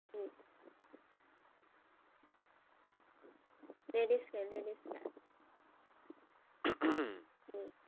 جی ladies ہے ladies جی